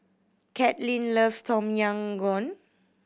Katlynn loves Tom Yam Goong